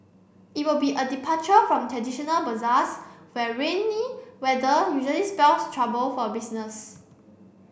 it will be a departure from traditional bazaars where rainy weather usually spells trouble for business